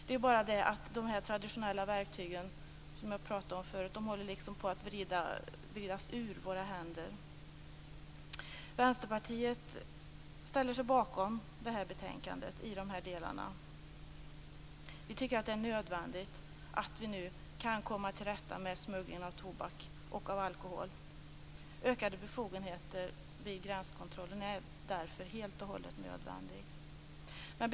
Det är bara det att de traditionella verktygen, som jag pratade om förut, håller på att vridas ur våra händer. Vänsterpartiet ställer sig bakom betänkandet i de här delarna. Vi tycker att det är nödvändigt att nu komma till rätta med smugglingen av tobak och alkohol. Ökade befogenheter vid gränskontrollerna är därför helt nödvändigt.